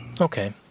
Okay